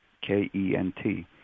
K-E-N-T